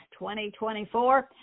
2024